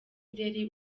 nzeri